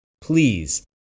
Please